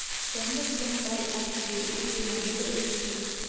ಒಂದು ಕ್ವಿಂಟಾಲ್ ಅಕ್ಕಿಗೆ ಈಗಿನ ಬೆಲೆ ಎಷ್ಟು?